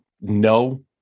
no